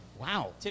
Wow